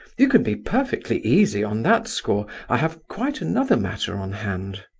you can be perfectly easy on that score. i have quite another matter on hand.